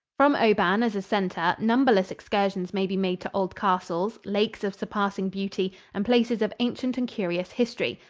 from oban as a center, numberless excursions may be made to old castles, lakes of surpassing beauty and places of ancient and curious history.